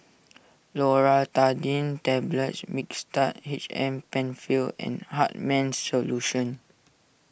Loratadine Tablets Mixtard H M Penfill and Hartman's Solution